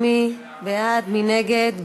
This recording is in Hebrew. מי נגד?